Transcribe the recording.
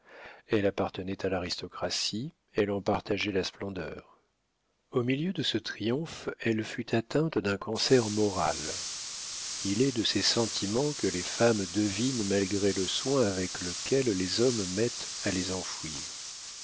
elle appartenait à l'aristocratie elle en partageait la splendeur au milieu de ce triomphe elle fut atteinte d'un cancer moral il est de ces sentiments que les femmes devinent malgré le soin avec lequel les hommes mettent à les enfouir